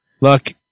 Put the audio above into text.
Look